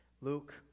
Luke